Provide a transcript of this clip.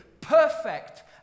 perfect